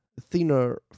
thinner